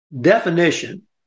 definition